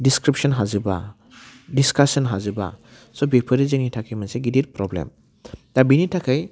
दिसक्रिबसन हाजोबा दिसकासन हाजोबा स' बेफोर जोंनि थाखाय मोनसे गिदिर प्रब्लेम दा बेनि थाखाय